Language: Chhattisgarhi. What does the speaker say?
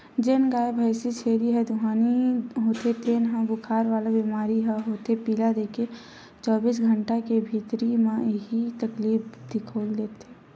जेन गाय, भइसी, छेरी ह दुहानी होथे तेन ल बुखार वाला बेमारी ह होथे पिला देके चौबीस घंटा के भीतरी म ही ऐ तकलीफ दिखउल देथे